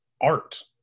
art